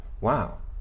wow